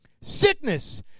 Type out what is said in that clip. sickness